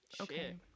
Okay